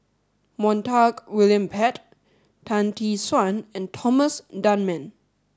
Montague William Pett Tan Tee Suan and Thomas Dunman